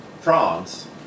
France